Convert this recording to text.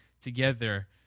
together